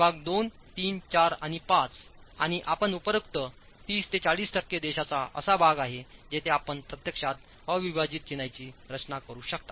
विभाग II III IV आणि V आणि आपण उपरोक्त 30 ते 40 टक्के देशाचा असा भाग आहे जेथे आपण प्रत्यक्षात अविभाजित चिनाईची रचना करू शकता